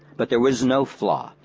but there was no flaw,